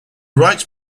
writes